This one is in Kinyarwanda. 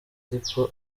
ariko